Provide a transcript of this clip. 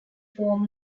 form